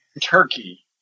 Turkey